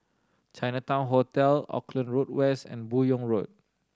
Chinatown Hotel Auckland Road West and Buyong Road